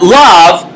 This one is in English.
love